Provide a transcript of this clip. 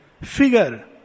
figure